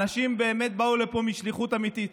אנשים באמת באו לפה משליחות אמיתית.